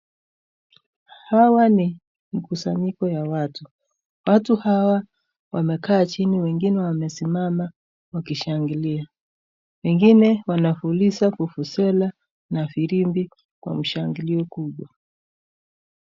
Hawa ni mkusanyiko ya watu, watu hawa wamekaa chini, wengine wamesimama wakishangilia, wengine wanapuliza vuvuzela na firimbi kwa mshangilio kubwa.